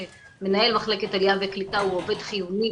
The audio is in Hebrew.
שמנהל מחלקת עלייה וקליטה הוא עובד חיוני